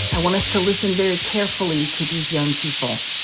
i want us to listen very carefully to these young people.